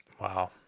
Wow